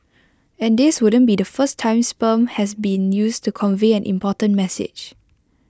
and this wouldn't be the first time sperm has been used to convey an important message